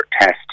test